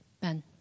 Ben